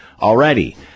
already